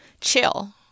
chill